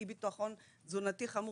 אי-ביטחון תזונתי חמור,